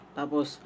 tapos